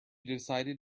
decided